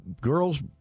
girls